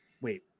Wait